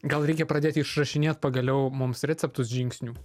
gal reikia pradėti išrašinėt pagaliau mums receptus žingsnių